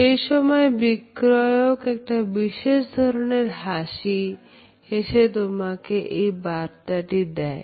সেই সময় বিক্রয়ক একটি বিশেষ ধরনের হাসি হেসে তোমাকে এই বার্তাটি দেয়